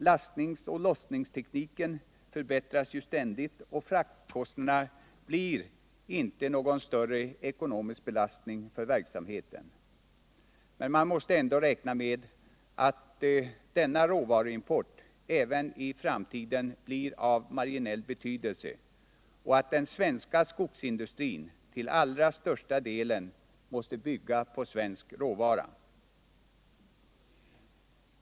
Lastningsoch lossningstekniken förbättras ju ständigt, och fraktkostnaderna blir på så sätt inte någon större ekonomisk belastning för verksamheten. Men man måste ändå räkna med att denna råvaruimport även i framtiden blir av marginell betydelse och att den svenska skogsindustrin till allra största delen måste bygga på svensk råvara.